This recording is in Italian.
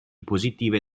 positive